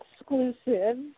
exclusive